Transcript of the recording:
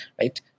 Right